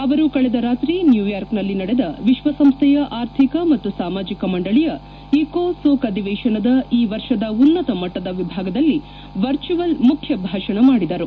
ಅವರು ಕಳೆದ ರಾತ್ರಿ ನ್ಯೂಯಾರ್ಕ್ನಲ್ಲಿ ನಡೆದ ವಿಶ್ವಸಂಸ್ಥೆಯ ಆರ್ಥಿಕ ಮತ್ತು ಸಾಮಾಜಿಕ ಮಂಡಳಿಯ ಇಕೋಸೋಕ್ ಅಧಿವೇಶನದ ಈ ವರ್ಷದ ಉನ್ನತ ಮಟ್ಟದ ವಿಭಾಗದಲ್ಲಿ ವರ್ಚುವಲ್ ಮುಖ್ಯ ಭಾಷಣ ಮಾಡಿದರು